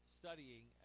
studying